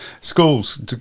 schools